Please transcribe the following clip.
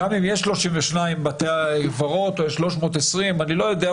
גם אם יש 32 או 320 בתי קברות,